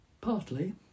Partly